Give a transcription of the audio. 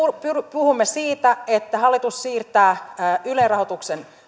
puhumme siitä että hallitus siirtää yle rahoituksen